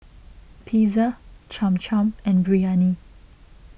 Pizza Cham Cham and Biryani